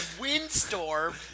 windstorm